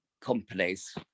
companies